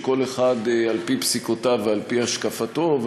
כל אחד על-פי פסיקותיו ועל-פי השקפתו.